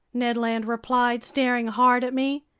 ned land replied, staring hard at me.